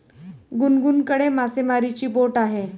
गुनगुनकडे मासेमारीची बोट आहे